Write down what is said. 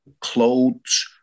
clothes